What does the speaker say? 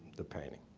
the painting.